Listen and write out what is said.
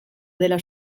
dela